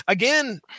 Again